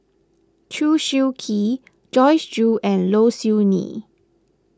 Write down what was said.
Chew Swee Kee Joyce Jue and Low Siew Nghee